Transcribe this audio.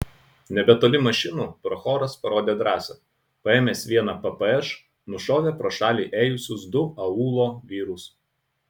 nebetoli mašinų prochoras parodė drąsą paėmęs vieną ppš nušovė pro šalį ėjusius du aūlo vyrus